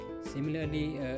Similarly